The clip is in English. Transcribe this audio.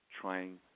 trying